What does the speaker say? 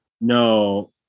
No